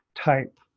type